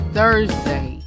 thursday